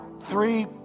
three